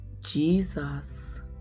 Jesus